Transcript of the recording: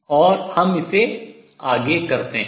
और हम इसे आगे करते हैं